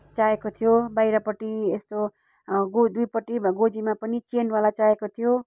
चाहिएको थियो बाहिरपट्टि यस्तो दुईपट्टि गोजीमा पनि चेनवाला चाहिएको थियो